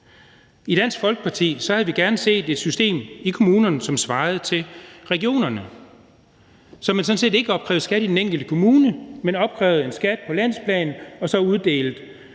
I Dansk Folkeparti havde vi gerne set et system i kommunerne, som svarede til det i regionerne, så man sådan set ikke opkrævede skat i den enkelte kommune, men opkrævede en skat på landsplan og uddelte